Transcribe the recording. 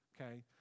okay